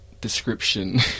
description